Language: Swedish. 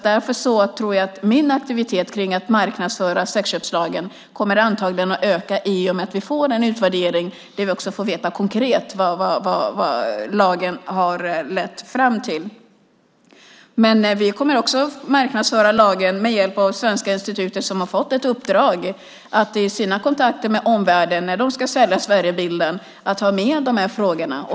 Därför tror jag att min aktivitet att marknadsföra sexköpslagen antagligen kommer att öka i och med att vi får en utvärdering, där vi också konkret får veta vad lagen har lett fram till. Men vi kommer också att marknadsföra lagen med hjälp av Svenska institutet som har fått ett uppdrag att i sina kontakter med omvärlden när man ska sälja Sverigebilden ha med dessa frågor.